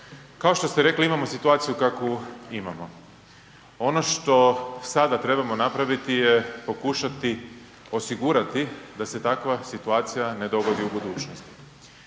Kao što ste rekli, imamo situaciju kakvu imamo. Ono što sada trebamo napraviti je pokušati osigurati da se takva situacija ne dogodi u budućnosti.